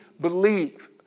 believe